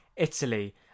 Italy